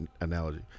analogy